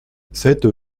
sept